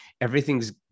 everything's